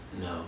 no